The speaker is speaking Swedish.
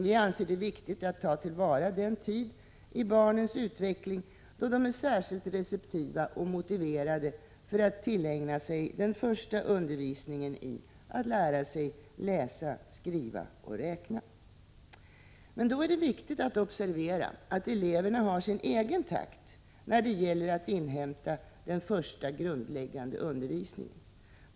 Vi anser det viktigt att ta till vara den tid i barnens utveckling då de är särskilt receptiva och motiverade för att tillägna sig den första undervisningen i läsning, skrivning och räkning. Men då är det viktigt att observera att eleverna har sin egen takt när det gäller att inhämta den första, grundläggande undervisningen.